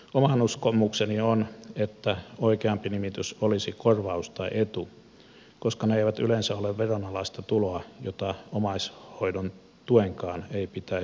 oma uskomukseni on että oikeampi nimitys olisi korvaus tai etu koska ne eivät yleensä ole veronalaista tuloa jota omaishoidon tuenkaan ei pitäisi olla